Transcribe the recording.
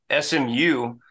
SMU